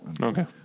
Okay